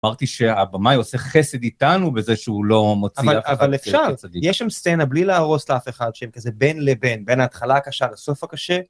אמרתי שהבמאי עושה חסד איתנו בזה שהוא לא מוציא אף אחד כצדיק. אבל אפשר, יש שם סצנה בלי להרוס לאף אחד, שהם כזה בין לבין, בין ההתחלה הקשה לסוף הקשה.